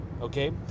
Okay